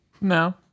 No